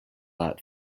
out